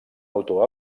autor